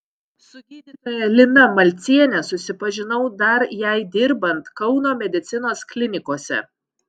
su gydytoja lina malciene susipažinau dar jai dirbant kauno medicinos klinikose